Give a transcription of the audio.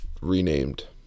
renamed